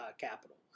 capital